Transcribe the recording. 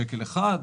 שקל אחד?